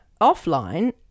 offline